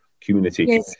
community